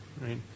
right